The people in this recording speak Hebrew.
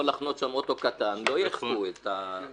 יכול לחנות שם אוטו קטן ולא יאכפו את זה.